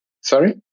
Sorry